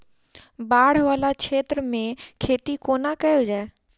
बाढ़ वला क्षेत्र मे खेती कोना कैल जाय?